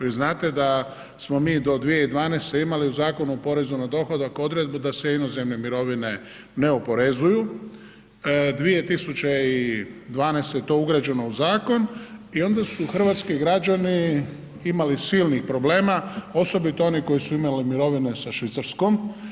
Vi znate da smo mi do 2012. imali u Zakonu o porezu na dohodak odredbu da se inozemne mirovine ne oporezuju, 2012. je to ugrađeno u zakon i onda su hrvatski građani imali silnih problema osobito oni koji su imali mirovine sa Švicarskom.